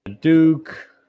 Duke